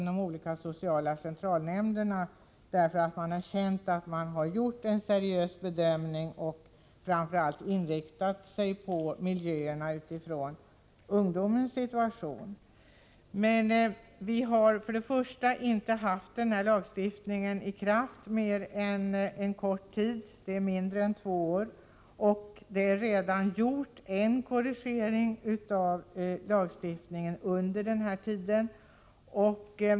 De olika centrala socialnämnderna har reagerat mot dessa utslag. De anser sig ha gjort en seriös bedömning och framför allt inriktat sig på att få bort dåliga ungdomsmiljöer. Nu har inte denna lag varit i kraft under mer än knappt två år, och under den tiden har det redan gjorts en korrigering.